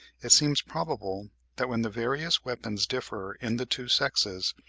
it seems probable that when the various weapons differ in the two sexes,